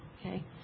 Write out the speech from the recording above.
okay